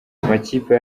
amakipe